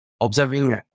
observing